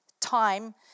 time